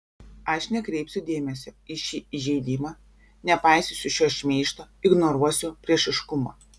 aš nekreipsiu dėmesio į šį įžeidimą nepaisysiu šio šmeižto ignoruosiu priešiškumą